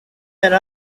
yari